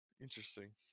Interesting